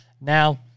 Now